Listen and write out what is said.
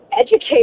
educate